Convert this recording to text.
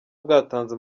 bwatanze